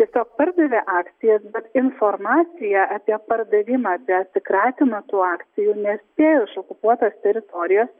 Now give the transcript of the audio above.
tiesiog pardavė akcijas bet informaciją apie pardavimą apie atsikratymą tų akcijų nespėjo iš okupuotos teritorijos